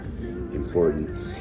important